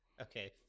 Okay